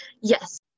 Yes